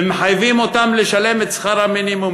ומחייבים אותם לשלם את שכר המינימום,